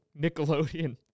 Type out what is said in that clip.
Nickelodeon